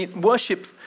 worship